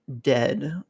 dead